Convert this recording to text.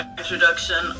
introduction